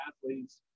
athletes